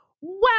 Wow